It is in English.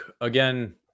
again